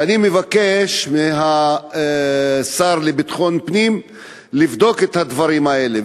ואני מבקש מהשר לביטחון פנים לבדוק את הדברים האלה.